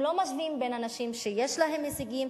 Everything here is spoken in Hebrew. הם לא משווים בין הנשים שיש להן הישגים